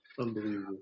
Unbelievable